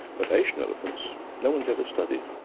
but asian elephants, no one has ever studied.